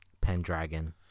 Pendragon